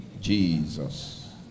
Jesus